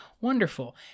Wonderful